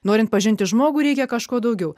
norint pažinti žmogų reikia kažko daugiau